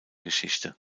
geschichte